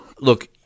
look